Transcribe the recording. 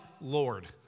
Lord